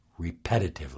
repetitively